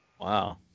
Wow